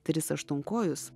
tris aštuonkojus